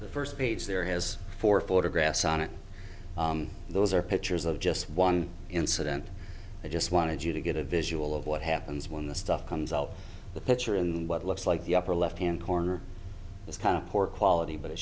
the first page there has four photographs on it those are pictures of just one incident i just wanted you to get a visual of what happens when the stuff comes out the picture and what looks like the upper left hand corner is kind of poor quality but it